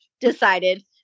decided